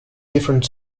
different